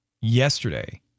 Yesterday